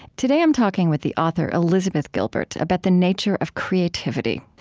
today, i'm talking with the author elizabeth gilbert about the nature of creativity.